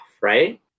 right